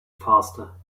faster